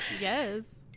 Yes